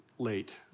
late